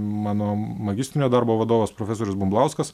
mano magistrinio darbo vadovas profesorius bumblauskas